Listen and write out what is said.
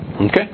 Okay